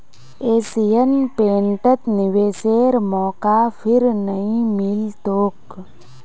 Asian पेंटत निवेशेर मौका फिर नइ मिल तोक